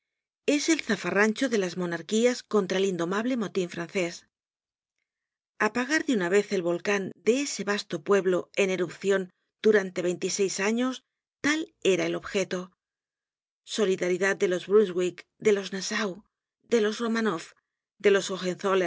es el zafarrancho de las monarquías con tra el indomable motin francés apagar de una vez el volcan de ese vasto pueblo en erupcion durante veintiseis años tal era el objeto solidaridad de los brunswick de los nassau de los romanoff de los